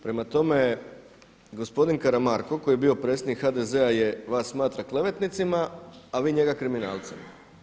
Prema tome, gospodin Karamarko koji je bio predsjednik HDZ-a vas smatra klevetnicima, a vi njega kriminalcem.